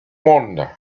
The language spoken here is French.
monde